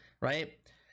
right